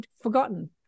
forgotten